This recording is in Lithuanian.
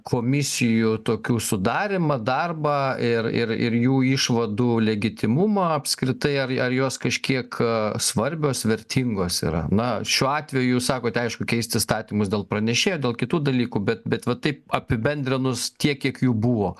komisijų tokių sudarymą darbą ir ir ir jų išvadų legitimumą apskritai ar ar jos kažkiek svarbios vertingos yra na šiuo atveju jūs sakote aišku keisti įstatymus dėl pranešėjo dėl kitų dalykų bet bet va taip apibendrinus tiek kiek jų buvo